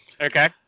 Okay